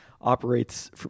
operates